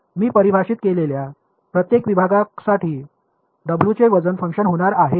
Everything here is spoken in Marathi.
मी परिभाषित केलेल्या प्रत्येक विभागासाठी डब्ल्यूचे वजन फंक्शन होणार आहेत